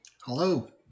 Hello